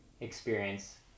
experience